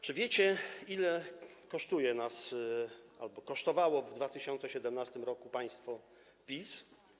Czy wiecie, ile kosztuje nas albo kosztowało w 2017 r. państwo PiS?